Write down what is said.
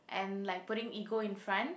and like putting ego in front